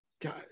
God